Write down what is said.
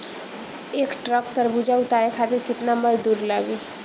एक ट्रक तरबूजा उतारे खातीर कितना मजदुर लागी?